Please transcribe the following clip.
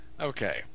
Okay